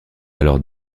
alors